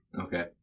Okay